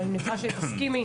אני מניחה שתסכימי,